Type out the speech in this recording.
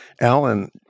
Alan